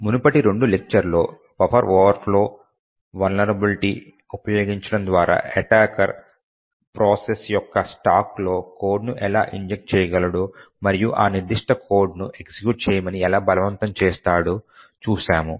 మునుపటి రెండు లెక్చర్లలో బఫర్ ఓవర్ఫ్లో వలనరబిలిటీ ఉపయోగించడం ద్వారా ఎటాకర్ ప్రాసెస్ యొక్క స్టాక్లో కోడ్ను ఎలా ఇంజెక్ట్ చేయగలడో మరియు ఆ నిర్దిష్ట కోడ్ను ఎగ్జిక్యూట్ చేయమని ఎలా బలవంతం చేస్తాడు చూశాము